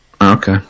Okay